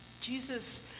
Jesus